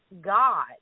God